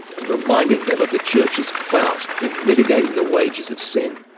and reminding them of the church's clout in mitigating the wages of sin.